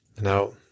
Now